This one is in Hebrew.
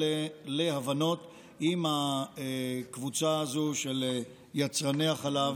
להבנות עם הקבוצה הזאת של יצרני החלב